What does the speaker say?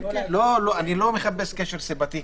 אני לא מחפש קשר סיבתי.